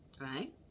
right